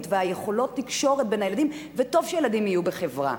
ויכולות התקשורת בין הילדים וטוב שילדים יהיו בחברה,